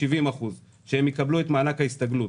70%, שהם יקבלו את מענק ההסתגלות.